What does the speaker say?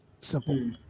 Simple